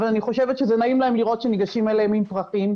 אבל אני חושבת שזה נעים להם לראות שניגשים אליהם עם פרחים.